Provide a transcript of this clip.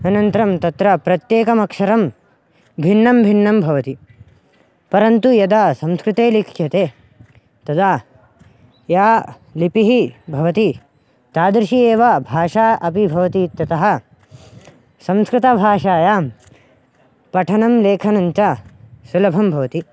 अनन्तरं तत्र प्रत्येकमक्षरं भिन्नं भिन्नं भवति परन्तु यदा संस्कृते लिख्यते तदा या लिपिः भवति तादृशी एव भाषा अपि भवति इत्यतः संस्कृतभाषायां पठनं लेखनं च सुलभं भवति